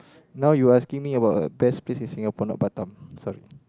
now you asking me about a best place in Singapore not Batam sorry